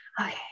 okay